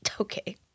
okay